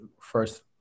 first